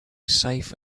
safe